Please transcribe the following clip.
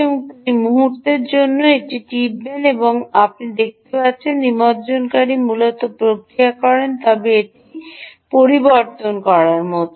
এবং তিনি এক মুহুর্তের মধ্যে এটি টিপবেন এবং আপনি যেটি দেখতে পাচ্ছেন তা হল তিনি যদি এই নিমজ্জনকারীকে মূলত প্রক্রিয়া করেন তবে এটি ডানদিকে পরিবর্তন করার মতো